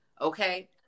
Okay